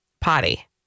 potty